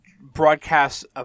broadcasts